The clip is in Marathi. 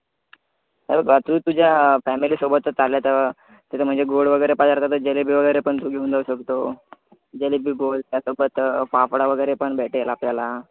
हे बघा तू तुझ्या फॅमेलीसोबत तर चाले तर त्याचं म्हणजे गोड वगैरे पदार्थ तर जिलेबी वगैरे पण तू घेऊन जाऊ शकतो जिलेबी गोड त्या सोबत फाफडा वगैरे पण भेटेल आपल्याला